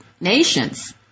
nations